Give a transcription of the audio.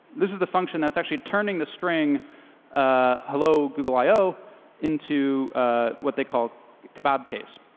this is the function that's actually turning the string ah hello google i o into what they call kebab case.